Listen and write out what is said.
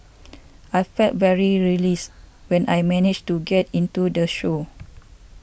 I felt very relieved when I managed to get into the show